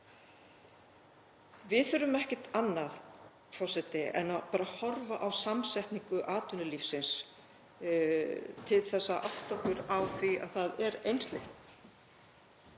Við þurfum ekkert annað, forseti, en að horfa á samsetningu atvinnulífsins til að átta okkur á því að það er einsleitt.